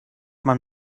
man